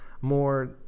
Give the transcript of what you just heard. More